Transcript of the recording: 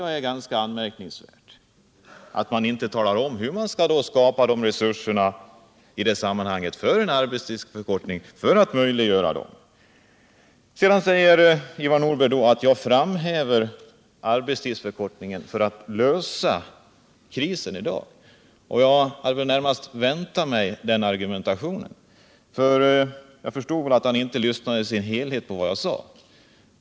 Det är ganska anmärkningsvärt att man inte talar om hur man skall skapa resurser för en arbetstidsförkortning. Sedan säger Ivar Nordberg att jag framhäver arbetstidsförkortningen som ett medel att övervinna krisen i dag. Jag hade nästan väntat mig den argumentationen, för jag förstod att han inte helt lyssnade till vad jag sade.